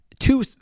Two